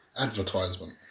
Advertisement